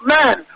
man